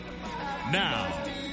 Now